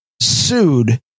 sued